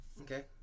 Okay